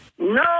No